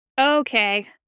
Okay